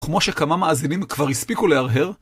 כמו שכמה מאזינים כבר הספיקו להרהר.